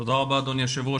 תודה רבה אדוני היו"ר,